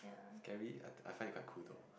scary I I find it quite cool though